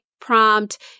prompt